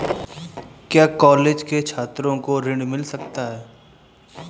क्या कॉलेज के छात्रो को ऋण मिल सकता है?